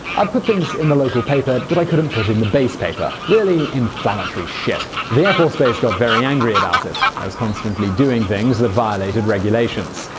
i'd put things in the local paper that i couldn't put in the base paper. really inflammatory shit. the air force got very angry about it. and i was constantly doing things that violated regulations.